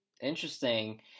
interesting